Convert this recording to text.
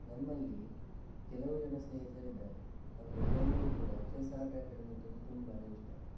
ನಮ್ಮಲ್ಲಿ ಕೆಲವು ಜನ ಸ್ನೇಹಿತರಿದ್ದಾರೆ ಅವರೆಲ್ಲರಿಗೂ ಕೂಡ ಚೆಸ್ ಆಟ ಹೇಳುವಂಥದ್ದು ತುಂಬನೇ ಇಷ್ಟ